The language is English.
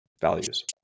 Values